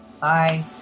Bye